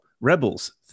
Rebels